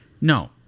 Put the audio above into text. No